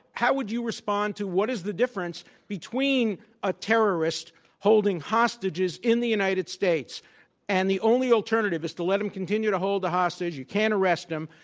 how would you respond to what is the difference between a terrorist holding hostages in the united states and the only alternative is to let him continue to hold the hostage, you can't arrest him,